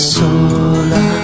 sola